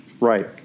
Right